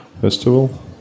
festival